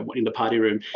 but in the party room?